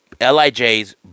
LIJ's